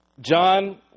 John